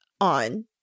on